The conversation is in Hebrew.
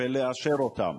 ולאשר אותם.